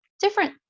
different